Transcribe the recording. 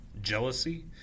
jealousy